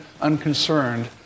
unconcerned